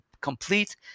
complete